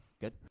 Good